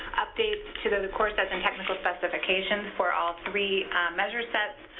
updates to the core sets and technical specifications for all three measure sets,